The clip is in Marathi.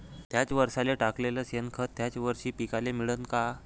थ्याच वरसाले टाकलेलं शेनखत थ्याच वरशी पिकाले मिळन का?